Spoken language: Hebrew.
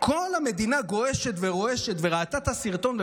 כל המדינה גועשת ורועשת וראתה את הסרטון.